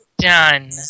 done